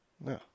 No